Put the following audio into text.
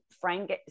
Frank